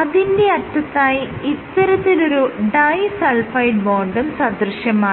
അതിന്റെ അറ്റത്തായി ഇത്തരത്തിലൊരു ഡൈ സൾഫൈഡ് ബോണ്ടും സദൃശ്യമാണ്